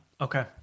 okay